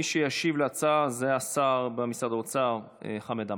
מי שישיב על ההצעה זה השר במשרד האוצר חמד עמאר,